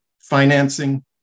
financing